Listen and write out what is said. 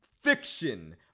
Fiction